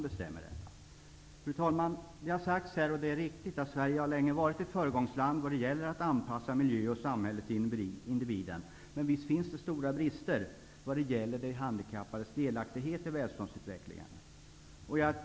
Det har sagts här att Sverige länge har varit ett föregångsland vad gäller att anpassa miljö och samhälle till individen. Men visst finns här stora brister vad gäller de handikappades delaktighet i vår välståndsutveckling.